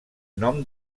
nom